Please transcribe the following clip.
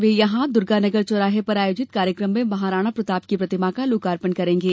वे यहां दुर्गानगर चौराहे पर आयोजित कार्यक्रम में महाराणा प्रताप की प्रतिमा का लोकार्पण करेंगे